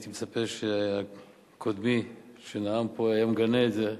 הייתי מצפה שקודמי שנאם פה, היה מגנה את זה.